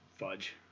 fudge